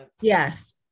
Yes